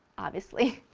obviously.